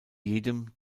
jedem